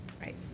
Right